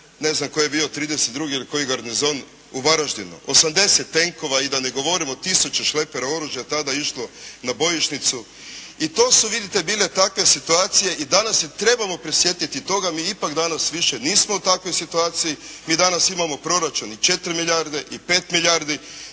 ne znam koji je bio, 32. ili koji gardni zon u Varaždinu. Osamdeset tenkova i, da ne govorim o tisuće šlepera oružja je tada išlo na bojišnicu i to su, vidite bile takve situacije i danas se trebamo prisjetiti toga, mi ipak danas više nismo u takvoj situaciji, mi danas imamo proračun i 4 milijarde i 5 milijardi